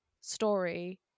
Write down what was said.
story